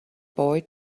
boy